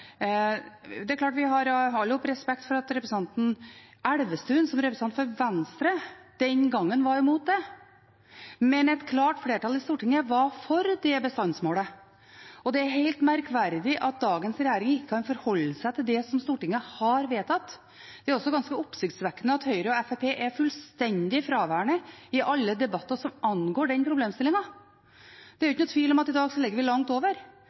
Det er klart vi alle har respekt for at Elvestuen, som representant for Venstre den gangen, var imot det, men et klart flertall i Stortinget var for det bestandsmålet. Det er helt merkverdig at dagens regjering ikke kan forholde seg til det som Stortinget har vedtatt. Det er også ganske oppsiktsvekkende at Høyre og Fremskrittspartiet er fullstendig fraværende i alle debatter som angår denne problemstillingen. Det er jo ikke noen tvil om at i dag ligger vi langt over